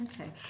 Okay